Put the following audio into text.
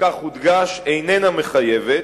וכך הודגש, איננה מחייבת,